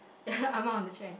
ya ah ma on the chair